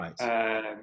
Right